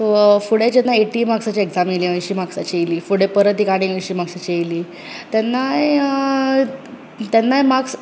so फुडे जेन्ना eighty मार्क्साची एग्जजाम येयली अंयशीं मार्क्साची येयली फुडें परत आनीक अंयशीं मार्क्साची येयली तेन्नाय तेन्नाय मार्क्स